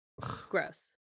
gross